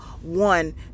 one